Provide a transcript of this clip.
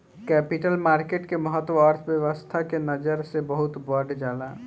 capital market के महत्त्व अर्थव्यस्था के नजर से बहुत बढ़ जाला